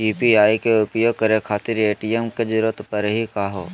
UPI के उपयोग करे खातीर ए.टी.एम के जरुरत परेही का हो?